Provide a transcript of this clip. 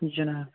جِناب